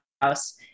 house